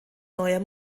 neuer